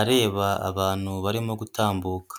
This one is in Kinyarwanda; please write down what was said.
areba abantu barimo gutambuka.